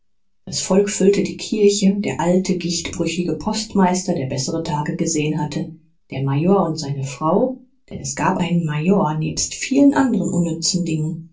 das volk füllte die kirche der alte gichtbrüchige postmeister der bessere tage gesehen hatte der mayor und seine frau denn es gab einen mayor neben vielen anderen unnützen dingen